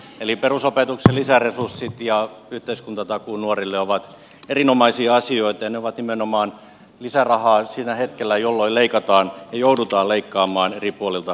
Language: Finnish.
eli perusopetuksen lisäresurssit ja yhteiskuntatakuu nuorille ovat erinomaisia asioita ja ne ovat nimenomaan lisärahaa sillä hetkellä jolloin leikataan ja joudutaan leikkaamaan eri puolilta yhteiskuntaa